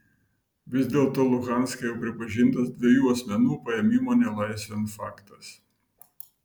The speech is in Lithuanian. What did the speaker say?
vis dėlto luhanske jau pripažintas dviejų asmenų paėmimo nelaisvėn faktas